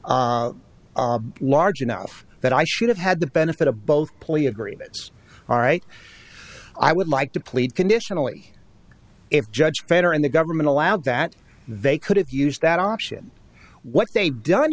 large enough that i should have had the benefit of both plea agreements all right i would like to plead conditionally if judge feder and the government allowed that they could have used that option what they've done